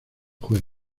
juez